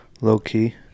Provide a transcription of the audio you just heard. low-key